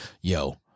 Yo